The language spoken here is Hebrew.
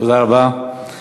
תודה רבה.